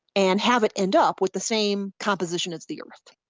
and have it end up with the same composition as the earth,